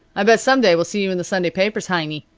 i bet some day we'll see you in the sunday papers, heiny,